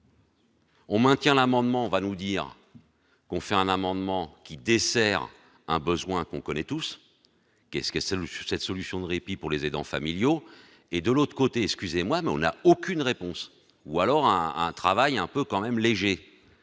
On maintient l'amendement va nous dire qu'on fait un amendement qui dessert un besoin qu'on connaît tous qu'est-ce que c'est cette solution de répit pour les aidants familiaux et de l'autre côté, excusez-moi, mais on n'a aucune réponse, ou alors un un travail un peu quand même léger